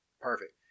Perfect